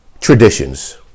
traditions